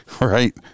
right